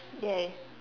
ya